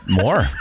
More